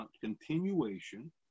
continuation